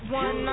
one